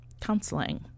counseling